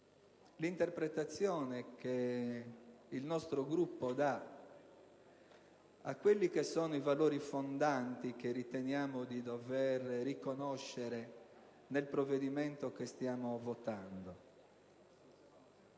l'interpretazione che il nostro Gruppo dà ai molteplici valori fondanti che riteniamo di dover riconoscere nel provvedimento che stiamo esaminando.